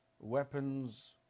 weapons